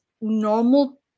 normal